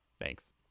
thanks